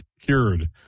cured